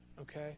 okay